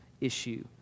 issue